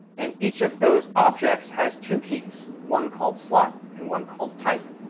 and each of those objects has two keys, one called slot and one called type.